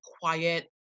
quiet